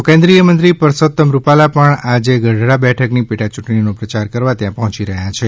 તો કેન્દ્રિય મંત્રી પરસોતમ રૂપાલા પણ આજે ગઢડા બેઠકની પેટાયૂંટણીનો પ્રચાર કરવા ત્યાં પહોચી રહ્યા છે